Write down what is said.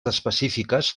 específiques